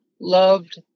loved